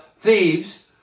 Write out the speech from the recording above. thieves